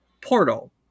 portal